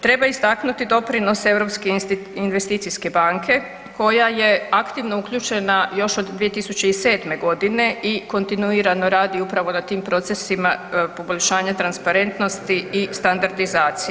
Treba istaknuti doprinos Europske investicijske banke koja je aktivno uključena još od 2007. g. i kontinuirano radi upravo na tim procesima poboljšanja transparentnosti i standardizacije.